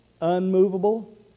unmovable